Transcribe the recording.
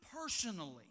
personally